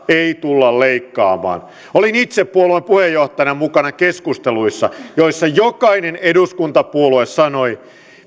ei tulla leikkaamaan olin itse puolueen puheenjohtajana mukana keskusteluissa joissa jokainen eduskuntapuolue sanoi